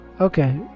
Okay